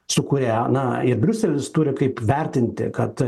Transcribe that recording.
su kuria na ir briuselis turi kaip vertinti kad